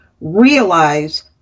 realize